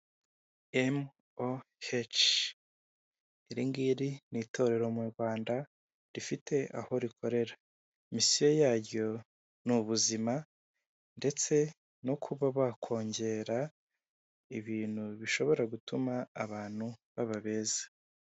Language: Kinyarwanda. Emu o heci iri ngiri ni itorero mu rwanda rifite aho rikorera, misiyo yaryo ni ubuzima ndetse no kuba bakongera ibintu bishobora gutuma abantu baba beza.